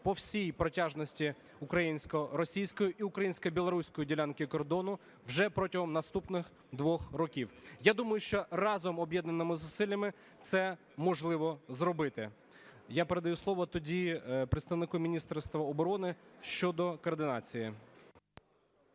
по всій протяжності українсько-російської і українсько-білоруської ділянки кордону вже протягом наступних двох років. Я думаю, що разом об'єднаними зусиллями це можливо зробити. Я передаю слово тоді представнику Міністерства оборони щодо координації.